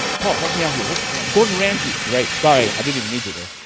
paul help me out here, what's the gordon ramsay! right. sorry i didn't even need you there.